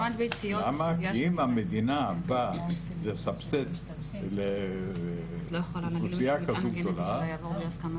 כי אם המדינה באה לסבסד לאוכלוסייה כזו גדולה